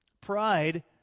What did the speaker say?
Pride